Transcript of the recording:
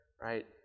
right